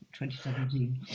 2017